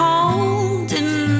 Holding